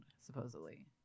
supposedly